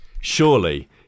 surely